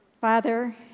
Father